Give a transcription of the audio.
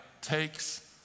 takes